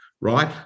right